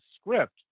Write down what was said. script